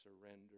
surrender